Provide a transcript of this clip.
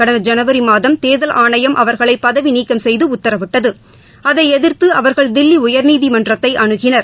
கடந்த ஜனவரி மாதம் தேர்தல் ஆணையம் அவர்களை பதவி நீக்கம் செய்து உத்தரவிட்டது அதை எதிர்த்து அவர்கள் தில்லி உயர்நீதிமன்றத்தை அணுகினர்